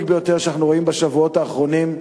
ביותר שאנחנו רואים בשבועות האחרונים,